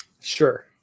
sure